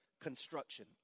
construction